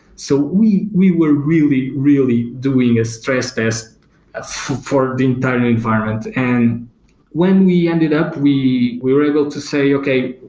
so we we were really, really doing a stress test ah for the entire environment, and when we ended up we we were able to say, okay.